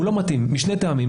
הוא לא מתאים משני טעמים.